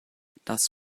das